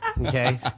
Okay